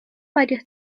varios